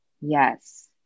yes